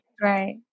right